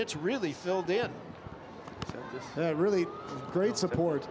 it's really filled in really great support